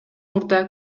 мурда